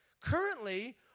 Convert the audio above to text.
Currently